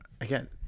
Again